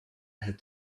had